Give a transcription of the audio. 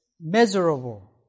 measurable